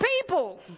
people